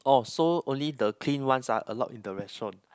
uh so only the clean ones are allowed in the restaurant